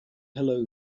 hello